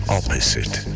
opposite